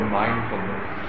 mindfulness